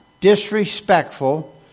disrespectful